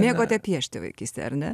mėgote piešti vaikystėj ar ne